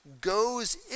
goes